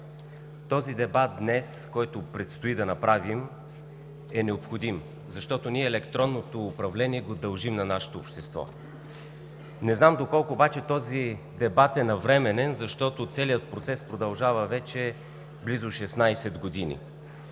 този дебат, който днес предстои да направим, е необходим, защото електронното управление ние го дължим на нашето общество. Не знам доколко обаче този дебат е навременен, защото целият процес продължава вече близо 16 години.